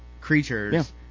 creatures